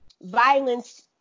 violence